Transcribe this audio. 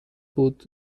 بود